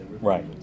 Right